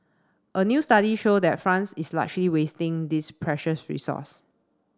a new study show that France is largely wasting this precious resource